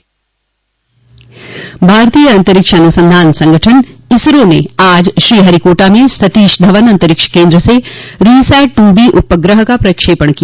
भारतीय अंतरिक्ष अनुसंधान संगठन इसरो ने आज श्रीहरिकोटा में सतीश धवन अंतरिक्ष केन्द्र से रिसैट टूबी उपग्रह का प्रक्षेपण किया